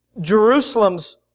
Jerusalem's